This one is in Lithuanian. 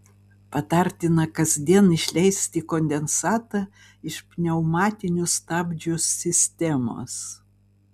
patartina kasdien išleisti kondensatą iš pneumatinių stabdžių sistemos